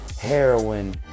heroin